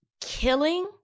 killing